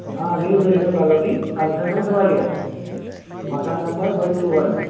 हाँ new railway colony Tansen road Gwalior मकान number one two one